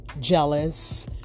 jealous